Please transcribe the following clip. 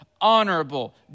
honorable